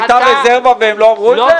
הייתה רזרבה והם לא אמרו את זה?